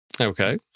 okay